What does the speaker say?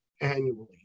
annually